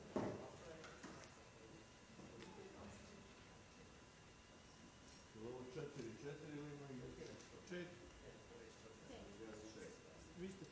Hvala vam.